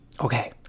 Okay